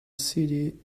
city